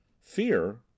fear